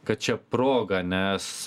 kad šia proga nes